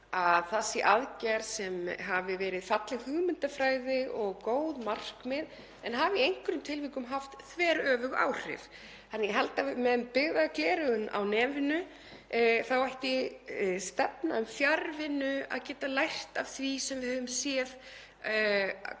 að það sé aðgerð sem hafi verið falleg hugmyndafræði og með góð markmið en hafi í einhverjum tilvikum haft þveröfug áhrif. Ég held að með byggðagleraugun á nefinu þá ætti stefna um fjarvinnu að geta lært af því sem við höfum séð